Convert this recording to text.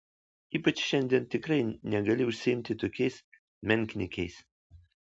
ypač šiandien tikrai negali užsiimti tokiais menkniekiais